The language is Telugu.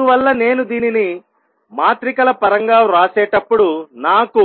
అందువల్ల నేను దీనిని మాత్రికల పరంగా వ్రాసేటప్పుడు నాకు